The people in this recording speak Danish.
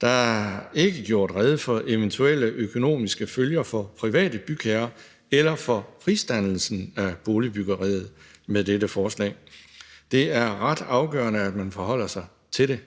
Der er ikke i disse forslag gjort rede for eventuelle økonomiske følger for private bygherrer eller for prisdannelsen af boligbyggeriet. Det er ret afgørende, at man forholder sig til det.